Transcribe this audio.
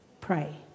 Pray